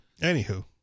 Anywho